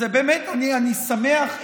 באמת אני שמח.